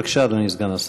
בבקשה, אדוני סגן השר.